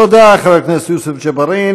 תודה חבר הכנסת יוסף ג'בארין.